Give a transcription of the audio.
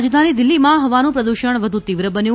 રાજધાની દિલ્કીમાં હવાનું પ્રદુષણ વધુ તીવ્ર બન્યું